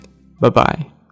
Bye-bye